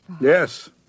Yes